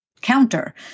counter